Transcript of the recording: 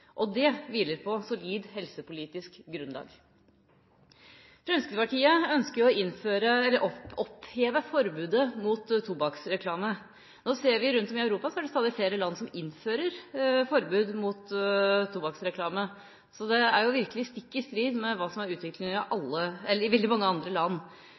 Og det hviler på solid helsepolitisk grunnlag. Fremskrittspartiet ønsker å oppheve forbudet mot tobakksreklame. Nå ser vi rundt om i Europa at det stadig er flere land som innfører forbud mot tobakksreklame, så forslaget er virkelig stikk i strid med hva som er utviklinga i veldig mange andre land.